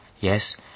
Yes